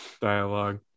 dialogue